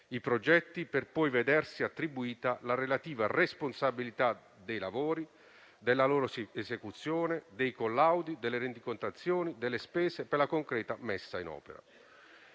i progetti, per poi vedersi attribuita la relativa responsabilità dei lavori, della loro esecuzione, dei collaudi e delle rendicontazioni delle spese per la concreta messa in opera.